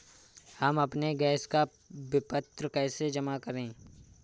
हम अपने गैस का विपत्र कैसे जमा करें?